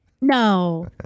No